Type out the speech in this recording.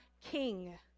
king